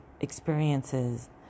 experiences